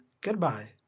goodbye